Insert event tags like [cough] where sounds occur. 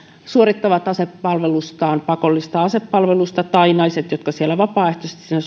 suorittavat asepalvelustaan pakollista asepalvelusta tai naiset jotka siellä vapaaehtoisesti sen [unintelligible]